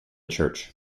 church